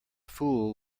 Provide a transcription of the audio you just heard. fool